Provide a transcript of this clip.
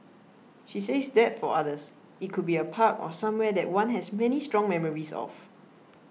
she says that for others it could be a park or somewhere that one has many strong memories of